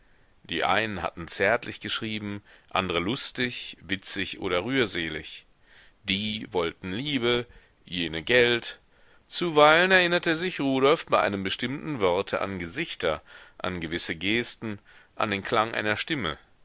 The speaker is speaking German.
die einen hatten zärtlich geschrieben andre lustig witzig oder rührselig die wollten liebe jene geld zuweilen erinnerte sich rudolf bei einem bestimmten worte an gesichter an gewisse gesten an den klang einer stimme